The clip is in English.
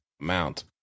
amount